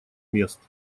мест